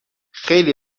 خیلی